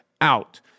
out